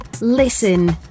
listen